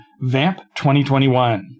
VAMP2021